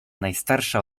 najstarsza